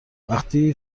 وقتی